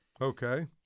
Okay